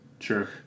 sure